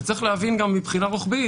וצריך להבין גם מבחינה רוחבית,